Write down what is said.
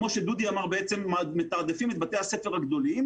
כמו שדודי אמר, מתעדפים את בתי הספר הגדולים,